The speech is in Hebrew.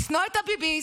לשנוא את הביביסט,